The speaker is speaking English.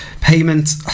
payment